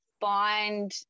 find